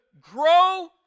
grow